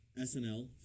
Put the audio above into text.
SNL